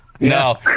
No